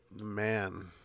Man